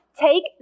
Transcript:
Take